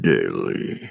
Daily